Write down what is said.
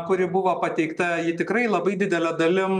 kuri buvo pateikta ji tikrai labai didele dalim